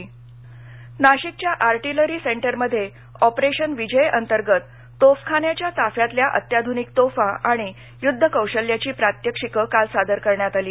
युद्ध प्रात्यक्षिक नाशिकच्या आर्टिलरी सेंटरमध्ये ऑपरेशन विजयअंतर्गत तोफखान्याच्या ताफ्यातल्या अत्याधुनिक तोफा आणि युध्द कौशल्याची प्रात्यक्षिकं काल सादर करण्यात आली